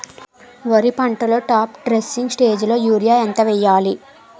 వరి పంటలో top dressing స్టేజిలో యూరియా ఎంత వెయ్యాలి?